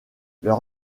leur